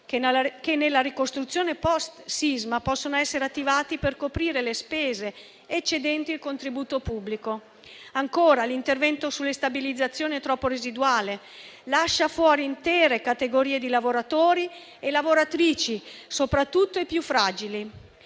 che nella ricostruzione post sisma possono essere attivati per coprire le spese eccedenti il contributo pubblico. Ancora, l'intervento sulle stabilizzazioni è troppo residuale e lascia fuori intere categorie di lavoratori e lavoratrici, soprattutto i più fragili.